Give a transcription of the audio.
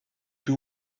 two